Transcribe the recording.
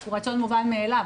הוא רצון מובן מאליו.